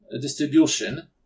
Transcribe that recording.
distribution